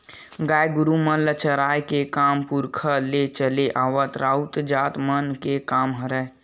गाय गरु मन ल चराए के काम पुरखा ले चले आवत राउत जात मन के काम हरय